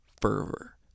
fervor